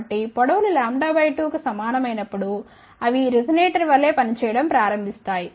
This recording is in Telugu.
కాబట్టి పొడవులు λ 2 కు సమానమైనప్పుడు అవి రిజొనేటర్ వలె పనిచేయడం ప్రారంభిస్తాయి